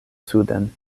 suden